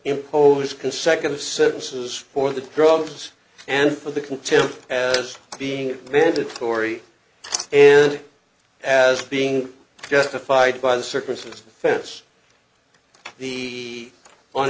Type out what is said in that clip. imposes consecutive sentences for the drugs and for the contempt as being mandatory and as being justified by the circumstances fess the on